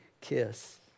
kiss